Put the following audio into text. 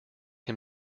him